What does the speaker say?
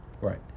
Right